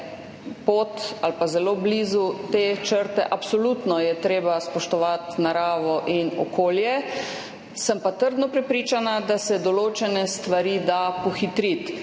pot ali pa zelo blizu te črte. Absolutno je treba spoštovati naravo in okolje. Sem pa trdno prepričana, da se določene stvari da pohitriti.